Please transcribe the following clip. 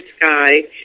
Sky